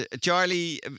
Charlie